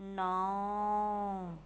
ਨੌਂ